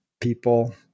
people